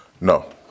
No